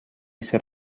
set